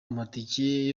amatike